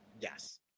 Yes